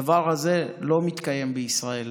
הדבר הזה לא מתקיים בישראל.